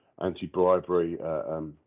anti-bribery